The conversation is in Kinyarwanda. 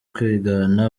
kwigana